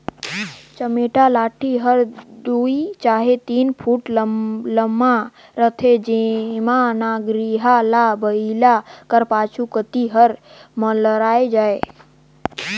चमेटा लाठी हर दुई चहे तीन फुट लम्मा रहथे जेम्हा नगरिहा ल बइला कर पाछू कती हर लमराए जाए